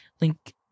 link